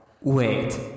Wait